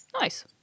Nice